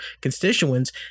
constituents